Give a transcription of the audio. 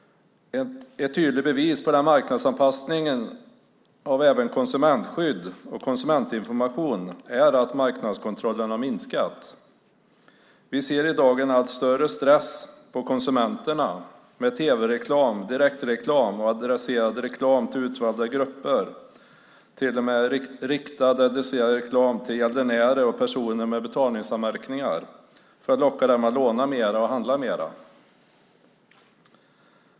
Ett tydligt bevis på marknadsanpassningen av även konsumentskydd och konsumentinformation är att marknadskontrollen har minskat. Vi ser i dag en allt större stress på konsumenterna med tv-reklam, direktreklam och adresserad reklam till utvalda grupper - till och med riktad adresserad reklam till gäldenärer och personer med betalningsanmärkningar för att locka dem att låna mer och handla mer.